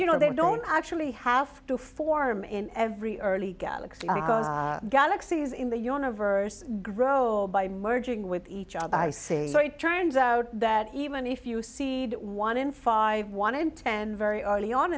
you know they don't actually have to form in every early galaxy galaxies in the universe grow by merging with each other i see it turns out that even if you see one in five one in ten very early on